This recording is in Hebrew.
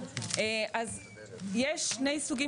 אז יש שני סוגים